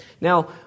Now